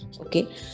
okay